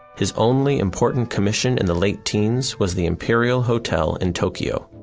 his only important commission in the late teens was the imperial hotel in tokyo.